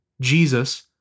Jesus